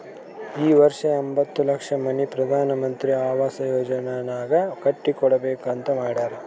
ಈ ವರ್ಷ ಎಂಬತ್ತ್ ಲಕ್ಷ ಮನಿ ಪ್ರಧಾನ್ ಮಂತ್ರಿ ಅವಾಸ್ ಯೋಜನಾನಾಗ್ ಕಟ್ಟಿ ಕೊಡ್ಬೇಕ ಅಂತ್ ಮಾಡ್ಯಾರ್